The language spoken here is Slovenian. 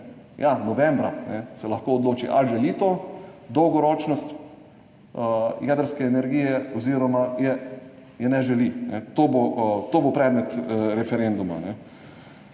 ja, novembra se lahko odloči, ali želi to dolgoročnost jedrske energije oziroma je ne želi. To bo predmet referenduma.